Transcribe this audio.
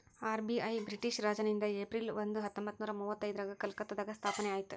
RBI British ರಾಜನಿಂದ April ಒಂದ ಹತ್ತೊಂಬತ್ತನೂರ ಮುವತ್ತೈದ್ರಾಗ ಕಲ್ಕತ್ತಾದಾಗ ಸ್ಥಾಪನೆ ಆಯ್ತ್